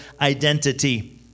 identity